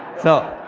so,